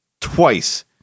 twice